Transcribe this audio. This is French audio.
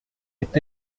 est